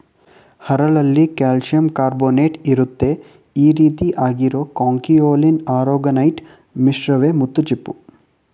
ಹರಳಲ್ಲಿ ಕಾಲ್ಶಿಯಂಕಾರ್ಬೊನೇಟ್ಇರುತ್ತೆ ಈರೀತಿ ಆಗಿರೋ ಕೊಂಕಿಯೊಲಿನ್ ಆರೊಗೊನೈಟ್ ಮಿಶ್ರವೇ ಮುತ್ತುಚಿಪ್ಪು